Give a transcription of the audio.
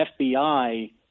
FBI